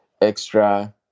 extra